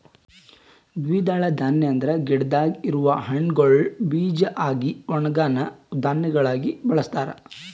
ದ್ವಿದಳ ಧಾನ್ಯ ಅಂದುರ್ ಗಿಡದಾಗ್ ಇರವು ಹಣ್ಣುಗೊಳ್ ಬೀಜ ಆಗಿ ಒಣುಗನಾ ಧಾನ್ಯಗೊಳಾಗಿ ಬಳಸ್ತಾರ್